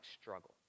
struggle